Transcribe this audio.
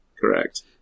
Correct